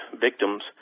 victims